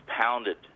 pounded